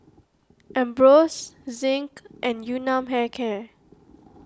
Ambros Zinc and Yun Nam Hair Care